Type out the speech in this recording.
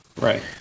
Right